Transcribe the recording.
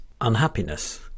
unhappiness